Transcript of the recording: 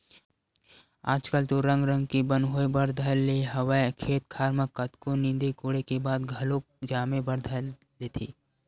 आजकल तो रंग रंग के बन होय बर धर ले हवय खेत खार म कतको नींदे कोड़े के बाद घलोक जामे बर धर लेथे